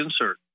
insert